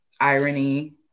irony